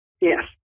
Yes